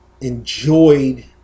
enjoyed